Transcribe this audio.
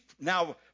now